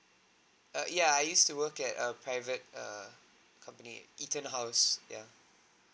err ya i used to work at a private err company ethan house ya